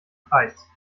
preis